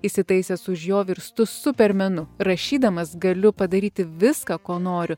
įsitaisęs už jo virstu supermenu rašydamas galiu padaryti viską ko noriu